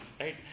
Right